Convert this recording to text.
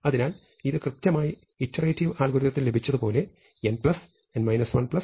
അതിനാൽ ഇത് കൃത്യമായി ഇറ്ററേറ്റിവ് അൽഗോരിതത്തിൽ ലഭിച്ചതുപോലെ n